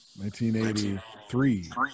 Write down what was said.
1983